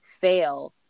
fail